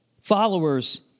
followers